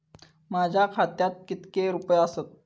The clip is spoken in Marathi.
माझ्या खात्यात कितके रुपये आसत?